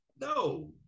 No